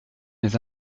mes